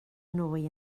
nwy